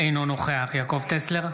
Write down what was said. אינו נוכח יעקב טסלר,